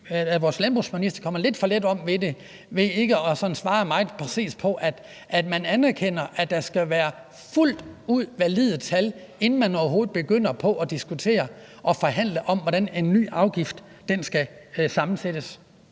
at vores landbrugsminister kommer lidt for let omkring det ved ikke at svare sådan meget præcist på, om man anerkender, at der skal være fuldt ud valide tal, inden man overhovedet begynder på at diskutere og forhandle om, hvordan en ny afgift skal sammensættes.